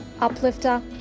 uplifter